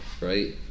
right